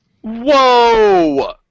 Whoa